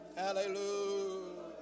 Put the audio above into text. hallelujah